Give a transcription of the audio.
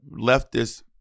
leftist